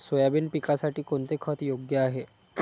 Soybean पिकासाठी कोणते खत योग्य आहे?